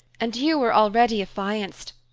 and you were already affianced,